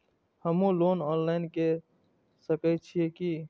हमू loan online के सके छीये की?